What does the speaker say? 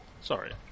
Sorry